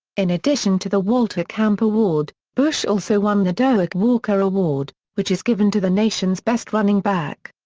in addition to the walter camp award, bush also won the doak walker award, which is given to the nation's best running back.